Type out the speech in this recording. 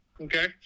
Okay